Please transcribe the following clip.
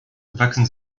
wachsen